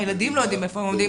הילדים לא יודעים איפה הם עומדים.